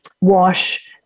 wash